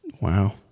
Wow